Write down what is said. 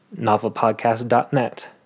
novelpodcast.net